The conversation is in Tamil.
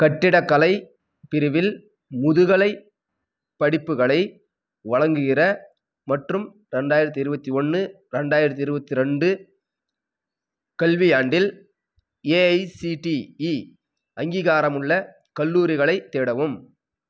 கட்டிடக்கலை பிரிவில் முதுகலைப் படிப்புகளை வழங்குகிற மற்றும் ரெண்டாயிரத்து இருபத்தி ஒன்று ரெண்டாயிரத்து இருபத்தி ரெண்டு கல்வியாண்டில் ஏஐசிடிஇ அங்கீகாரமுள்ள கல்லூரிகளைத் தேடவும்